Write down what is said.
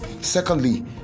Secondly